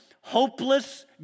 hopeless